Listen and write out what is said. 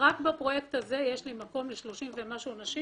רק בפרויקט הזה יש לי מקום ל-30 ומשהו אנשים